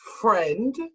friend